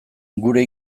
gure